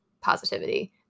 positivity